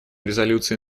резолюции